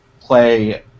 play